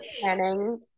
planning